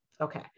okay